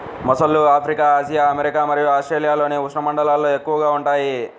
మొసళ్ళు Africa, Asia, America మరియు ఆస్ట్రేలియాలోని ఉష్ణమండలాల్లో ఎక్కువగా ఉంటాయి